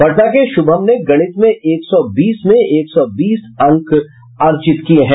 पटना के शुभम ने गणित में एक सौ बीस में एक सौ बीस अंक अर्जित किये हैं